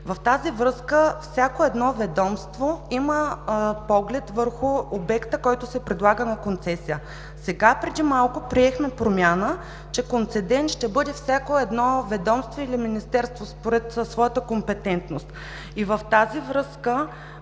В тази връзка всяко едно ведомство има поглед върху обекта, който се предлага на концесия. Преди малко приехме промяна, че концедент ще бъде всяко едно ведомство или министерство според своята компетентност. Във връзка